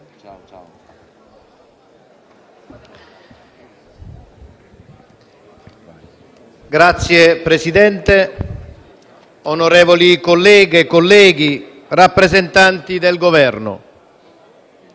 Signor Presidente, onorevoli colleghe e colleghi, rappresentanti del Governo,